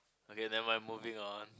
okay never mind moving on